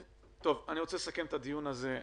אני רוצה לסכם את הדיון הזה.